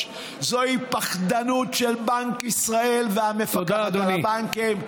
זוהי פחדנות של בנק ישראל והמפקחת על הבנקים.